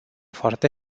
foarte